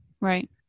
Right